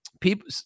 People